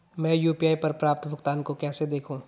मैं यू.पी.आई पर प्राप्त भुगतान को कैसे देखूं?